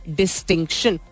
distinction